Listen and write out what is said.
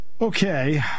Okay